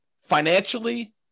financially